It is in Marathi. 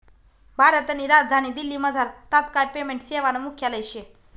भारतनी राजधानी दिल्लीमझार तात्काय पेमेंट सेवानं मुख्यालय शे